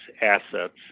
assets